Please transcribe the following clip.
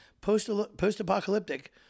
post-apocalyptic